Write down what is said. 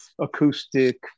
acoustic